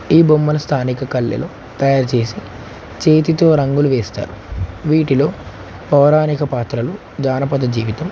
ఈ బొమ్మలు స్థానిక కళలో తయారుచేసి చేతితో రంగులు వేస్తారు వీటిలో పౌరాణిక పాత్రలు జానపద జీవితం